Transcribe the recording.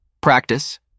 practice